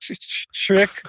trick